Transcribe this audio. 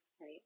right